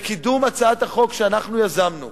בקידום הצעת החוק שאנחנו יזמנו